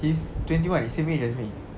he's twenty one he's same age as me